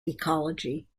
ecology